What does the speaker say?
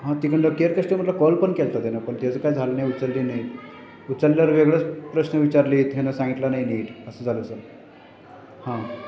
हां तिकडून केअर कस्टमरला कॉल पण केलं होता त्यानं पण त्याचं काय झालं नाही उचलली नाही उचलल्यावर वेगळंच प्रश्न विचारलेत ह्यानं सांगितला नाही नीट असं झालं सर हां